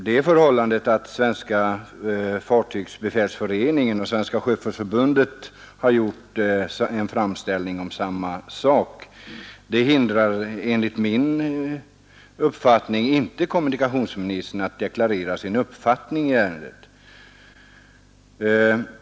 Det förhållandet att Svenska fartygsbefälsföreningen och Svenska sjöfolksförbundet gjort en framställning om samma sak hindrar enligt min uppfattning inte kommunikationsministern från att deklarera sin uppfattning i ärendet.